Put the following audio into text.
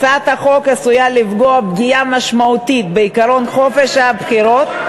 הצעת החוק עשויה לפגוע פגיעה משמעותית בעקרון חופש הבחירות,